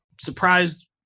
surprised